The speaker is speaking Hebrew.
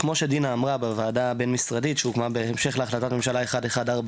כמו שדינה אמרה בוועדה הבין משרדית שהוקמה בהמשך להחלטת ממשלה 1140,